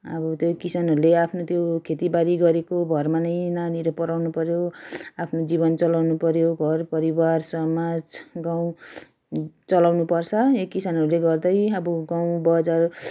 अब त्यही किसानहरूले आफ्नो त्यो खेतीबारी गरेको भरमा नै नानीहरू पढाउनु पऱ्यो आफ्नो जीवन चलाउनुपऱ्यो घरपरिवार समाज गाउँ चलाउनुपर्छ यो किसानहरूले गर्दै अब गाउँ बजार